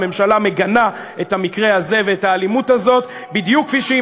הממשלה מגנה את המקרה הזה ואת האלימות הזאת בדיוק כפי שהיא